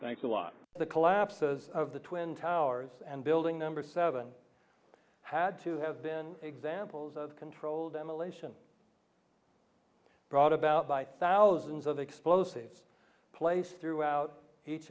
thanks a lot the collapse of the twin towers and building number seven had to have been examples of controlled demolition brought about by thousands of explosives placed throughout each